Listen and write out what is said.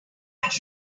should